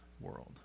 world